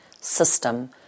system